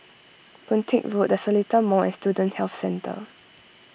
Boon Teck Road the Seletar Mall and Student Health Centre